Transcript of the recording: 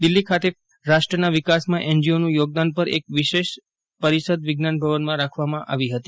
દિલ્હી ખાતે રાષ્ટ્રના વિકાસમાં એનજીઓનું યોગદાન પર એક પરિષદ વિજ્ઞાન ભવનમાં રાખવામાં આવી હતી